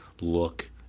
look